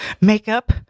Makeup